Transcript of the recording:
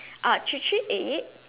uh three three eight eight